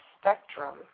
spectrum